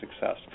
success